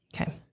okay